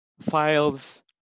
files